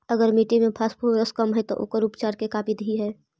अगर मट्टी में फास्फोरस कम है त ओकर उपचार के का बिधि है?